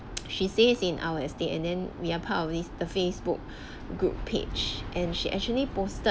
she stays in our estate and then we're part of these uh Facebook group page and she actually posted